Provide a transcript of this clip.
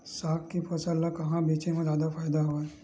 साग के फसल ल कहां बेचे म जादा फ़ायदा हवय?